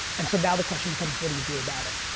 and so now the question becomes what do you do about it.